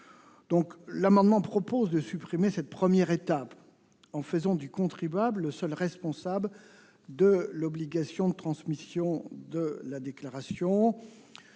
L'amendement vise à supprimer cette première étape en faisant du contribuable le seul responsable du respect de l'obligation de transmission de la déclaration.